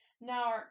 Now